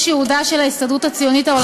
ייעודה של ההסתדרות הציונית העולמית,